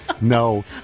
No